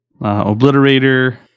obliterator